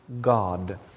God